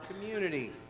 community